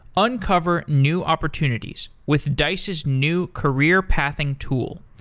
uncover new opportunities with dice's new career-pathing tool,